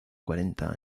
cuarenta